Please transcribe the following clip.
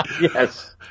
yes